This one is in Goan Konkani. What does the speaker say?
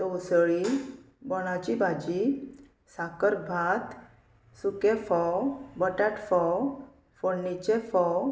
तवसळी बोणाची भाजी साकर भात सुके फोव बटाट फोव फोडण्णेचे फोव